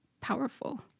powerful